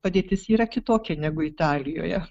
padėtis yra kitokia negu italijoje